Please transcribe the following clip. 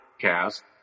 cast